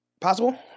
possible